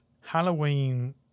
Halloween